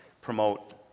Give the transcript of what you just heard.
promote